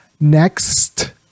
next